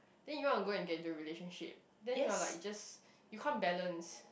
then you want to get into a relationship then you are like you just you can't balance